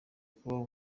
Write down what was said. kuba